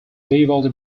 vivaldi